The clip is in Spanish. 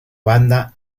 banda